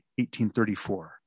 1834